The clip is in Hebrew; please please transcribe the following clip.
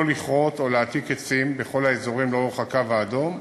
לכרות או להעתיק עצים בכל האזורים לאורך הקו האדום,